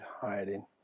hiding